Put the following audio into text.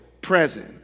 present